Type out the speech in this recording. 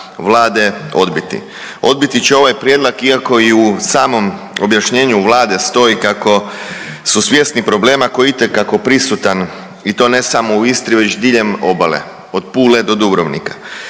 Vlade odbiti. Odbiti će ovaj prijedlog iako i u samom objašnjenju Vlade stoji kako su svjesni problema koji je itekako prisutan i to ne samo u Istri već diljem obale od Pule do Dubrovnika.